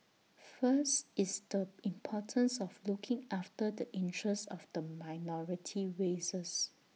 first is the importance of looking after the interest of the minority races